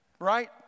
Right